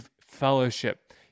fellowship